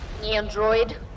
Android